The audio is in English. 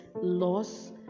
loss